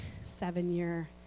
seven-year